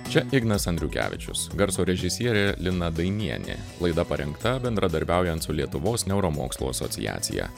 čia ignas andriukevičius garso režisierė lina dainienė laida parengta bendradarbiaujant su lietuvos neuromokslų asociacija